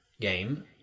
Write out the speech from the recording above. game